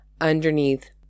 underneath